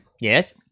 Yes